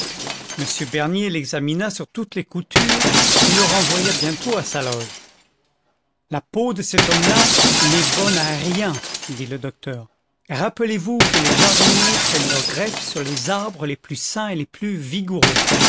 m bernier l'examina sur toutes les coutures et le renvoya bientôt à sa loge la peau de cet homme-là n'est bonne à rien dit le docteur rappelez-vous que les jardiniers prennent leurs greffes sur les arbres les plus sains et les plus vigoureux